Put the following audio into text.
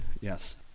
yes